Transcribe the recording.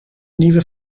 nieuwe